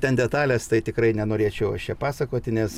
ten detalės tai tikrai nenorėčiau aš čia pasakoti nes